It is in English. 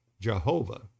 Jehovah